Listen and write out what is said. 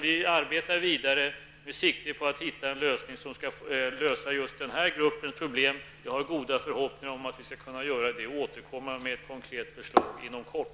Vi arbetar vidare med sikte på att finna en lösning som skall lösa just denna grupps problem. Jag har goda förhoppningar om att vi skall kunna göra det och återkomma med ett konkret förslag inom kort.